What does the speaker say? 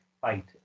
fight